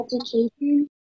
education